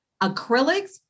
acrylics